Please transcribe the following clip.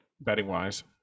betting-wise